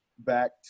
back